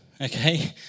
okay